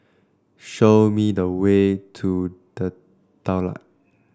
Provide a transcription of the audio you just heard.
show me the way to The Daulat